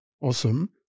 Awesome